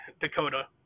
Dakota